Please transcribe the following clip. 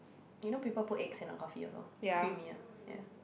you know people put eggs in a coffee also creamier ya